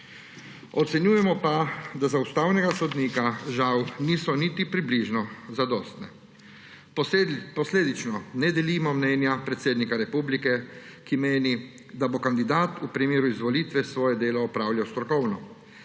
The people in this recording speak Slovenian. Ocenjujemo pa, da za ustavnega sodnika, žal, niso niti približno zadostne. Posledično ne delimo mnenja predsednika republike, ki meni, da bo kandidat v primeru izvolitve svoje delo opravljal strokovno.